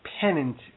pennant